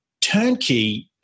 turnkey